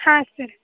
ಹಾಂ ಸರ್